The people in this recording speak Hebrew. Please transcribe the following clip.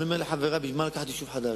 אני אומר לחברי: בשביל מה לקחת יישוב חדש,